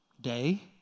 day